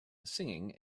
singing